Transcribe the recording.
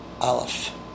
Aleph